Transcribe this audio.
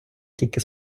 тільки